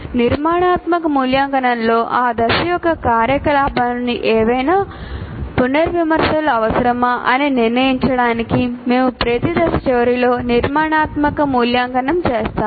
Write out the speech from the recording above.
నిర్మాణాత్మక మూల్యాంకనంలో ఆ దశ యొక్క కార్యకలాపాలకు ఏవైనా పునర్విమర్శలు అవసరమా అని నిర్ణయించడానికి మేము ప్రతి దశ చివరిలో నిర్మాణాత్మక మూల్యాంకనం చేసాము